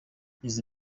izi